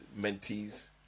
mentees